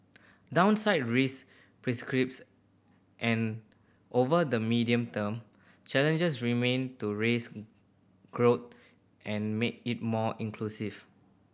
downside risk and over the medium term challenges remain to raise growth and make it more inclusive